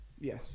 Yes